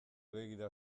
begira